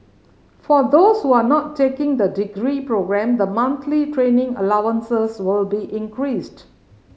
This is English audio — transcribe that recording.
for those who are not taking the degree programme the monthly training allowances will be increased